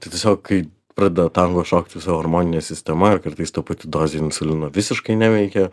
tai tiesiog kai pradeda tango šokt visa hormoninė sistema ir kartais ta pati dozė insulino visiškai neveikia